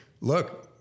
look